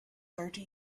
thirty